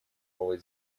новой